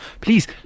please